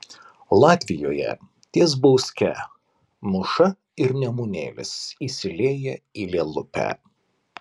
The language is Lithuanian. latvijoje ties bauske mūša ir nemunėlis įsilieja į lielupę